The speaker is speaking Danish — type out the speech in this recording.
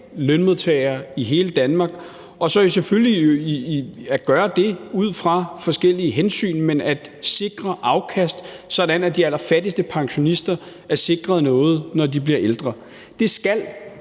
lønmodtagere i hele Danmark og så selvfølgelig at gøre det ud fra forskellige hensyn, men at sikre afkast, sådan at de allerfattigste pensionister er sikret noget, når de bliver ældre. Det skal